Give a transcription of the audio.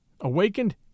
Awakened